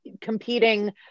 competing